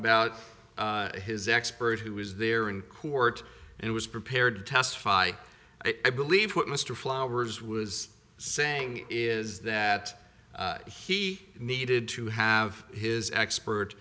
about his expert who was there in court and was prepared to testify i believe what mr flowers was saying is that he needed to have his expert